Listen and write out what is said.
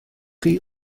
chi